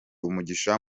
umugisha